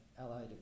Allied